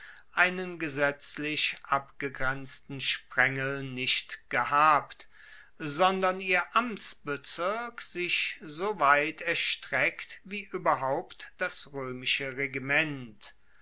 einen gesetzlich abgegrenzten sprengel nicht gehabt sondern ihr amtsbezirk sich soweit erstreckt wie ueberhaupt das roemische regiment